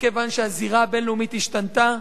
מכיוון שהזירה הבין-לאומית השתנתה,